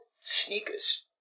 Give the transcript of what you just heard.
sneakers